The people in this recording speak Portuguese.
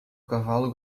cavalo